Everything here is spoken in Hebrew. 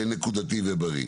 נקודתי ובריא.